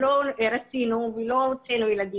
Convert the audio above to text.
אני לא אומרת שנמיר את כולם,